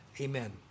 amen